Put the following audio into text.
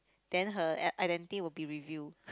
then her i~ identity will be reveal